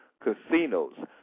casinos